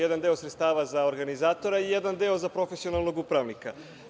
Jedan deo sredstava za organizatora i jedan deo za profesionalnog upravnika.